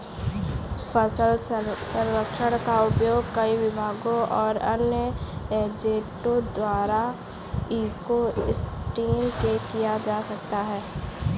फसल सर्वेक्षण का उपयोग कई विभागों और अन्य एजेंटों द्वारा इको सिस्टम में किया जा सकता है